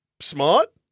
smart